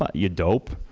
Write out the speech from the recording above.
you dope.